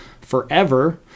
forever